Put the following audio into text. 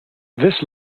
this